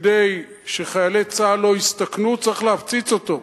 כדי שחיילי צה"ל לא יסתכנו, צריך להפציץ אותו,